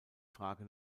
frage